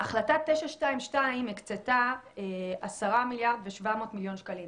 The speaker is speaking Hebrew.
החלטה 922 הקצתה 10.7 מיליארד שקלים.